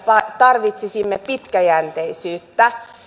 tarvitsisimme pitkäjänteisyyttä